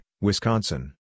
Wisconsin